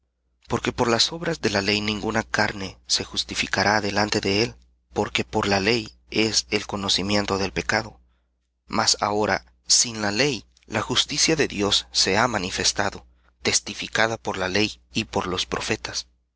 porque por las obras de la ley ninguna carne se justificará delante de él porque por la ley el conocimiento del pecado mas ahora sin la ley la justicia de dios se ha manifestado testificada por la ley y por los profetas